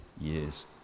years